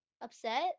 Upset